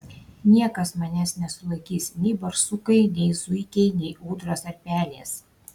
niekas manęs nesulaikys nei barsukai nei zuikiai nei ūdros ar pelės